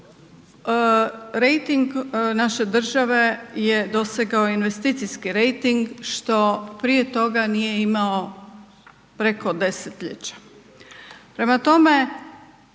rejting naše države je dosegao investicijski rejting što prije toga nije imao preko desetljeća. Prema tome,